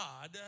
God